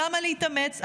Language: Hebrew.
למה להתאמץ?